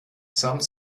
some